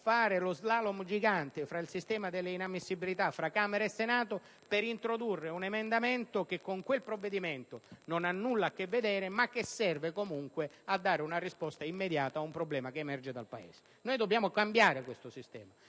fare lo slalom gigante tra il sistema delle inammissibilità di Camera e Senato per introdurre un emendamento che con un dato provvedimento non ha nulla a che vedere, ma che serve comunque a dare una risposta immediata ad un problema che emerge dal Paese. Dobbiamo cambiare questo sistema: